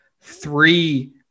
three